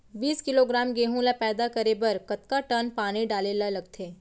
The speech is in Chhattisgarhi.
बीस किलोग्राम गेहूँ ल पैदा करे बर कतका टन पानी डाले ल लगथे?